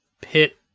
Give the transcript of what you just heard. pit